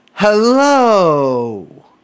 Hello